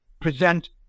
present